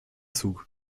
zug